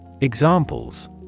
Examples